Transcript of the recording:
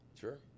Sure